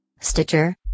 stitcher